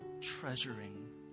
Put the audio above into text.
treasuring